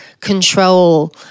control